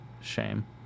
Shame